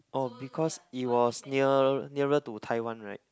oh because it was near nearer to Taiwan right